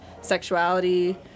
sexuality